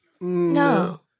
no